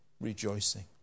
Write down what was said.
rejoicing